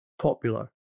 popular